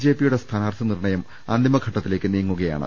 ജെപിയുടെ സ്ഥാനാർഥി നിർണയം അന്തിമ ഘട്ടത്തിലേക്ക് നീങ്ങുകയാണ്